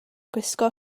gwisgo